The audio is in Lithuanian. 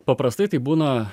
paprastai tai būna